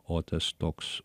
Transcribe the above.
o tas toks